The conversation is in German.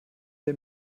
der